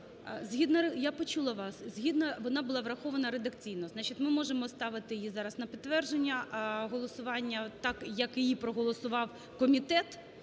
я почула вас, згідно… вона була врахована редакційно. Значить, ми можемо ставити її зараз на підтвердження, а голосування так, як її проголосував комітет,